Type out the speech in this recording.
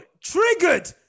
triggered